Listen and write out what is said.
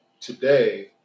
today